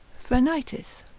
phrenitis,